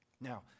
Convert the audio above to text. Now